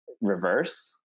reverse